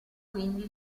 quindi